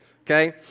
okay